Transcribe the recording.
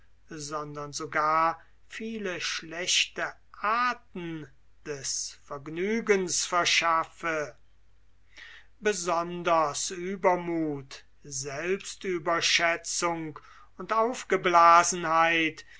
sondern sogar viele schlechte arten des vergnügens verschaffe besonders uebermuth selbstüberschätzung und aufgeblasenheit